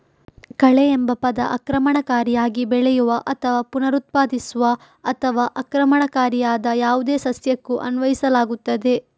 ಕಳೆಎಂಬ ಪದ ಆಕ್ರಮಣಕಾರಿಯಾಗಿ ಬೆಳೆಯುವ ಅಥವಾ ಪುನರುತ್ಪಾದಿಸುವ ಅಥವಾ ಆಕ್ರಮಣಕಾರಿಯಾದ ಯಾವುದೇ ಸಸ್ಯಕ್ಕೂ ಅನ್ವಯಿಸಲಾಗುತ್ತದೆ